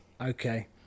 Okay